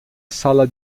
sala